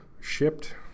shipped